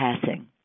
passing